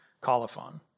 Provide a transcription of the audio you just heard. colophon